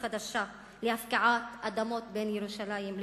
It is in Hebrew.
חדשה להפקעת אדמות בין ירושלים ליריחו.